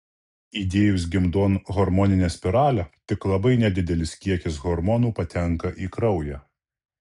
įdėjus gimdon hormoninę spiralę tik labai nedidelis kiekis hormonų patenka į kraują